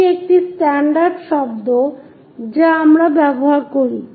এটি একটি স্ট্যান্ডার্ড শব্দ যা আমরা ব্যবহার করি